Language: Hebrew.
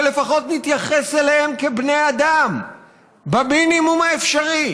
אבל לפחות נתייחס אליהם כבני אדם במינימום האפשרי.